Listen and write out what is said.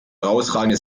herausragende